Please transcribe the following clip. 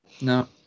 No